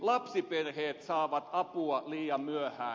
lapsiperheet saavat apua liian myöhään